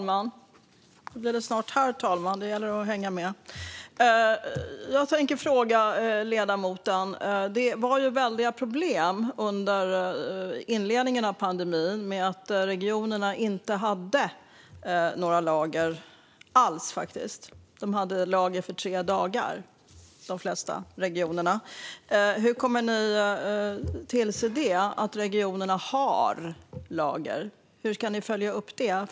Fru talman! Det var ju väldiga problem under inledningen av pandemin med att regionerna inte hade några lager alls. De flesta hade lager för tre dagar. Hur kommer ni att tillse att regionerna har lager? Hur ska ni följa upp det?